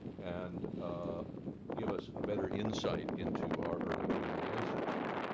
and give us better insight into our early human ancestors.